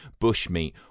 bushmeat